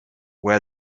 where